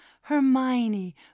hermione